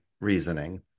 reasoning